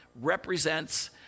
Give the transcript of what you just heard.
represents